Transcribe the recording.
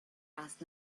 last